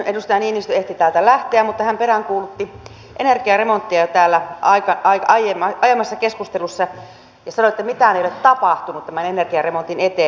edustaja niinistö ehti täältä lähteä mutta hän peräänkuulutti energiaremonttia täällä aiemmassa keskustelussa ja sanoi että mitään ei ole tapahtunut tämän energiaremontin eteen